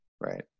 Right